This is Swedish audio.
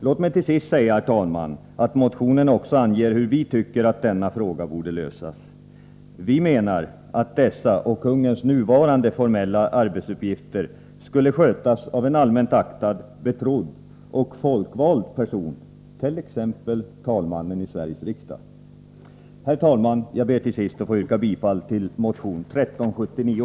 Låt mig till sist säga, herr talman, att motionen också anger hur vi tycker att denna fråga borde lösas. Vi menar att dessa och kungens nuvarande formella arbetsuppgifter skulle skötas av en allmänt aktad, betrodd och folkvald person, t.ex. talmannen i Sveriges riksdag. Herr talman! Jag ber till sist att få yrka bifall till motion 1379.